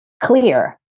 clear